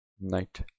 knight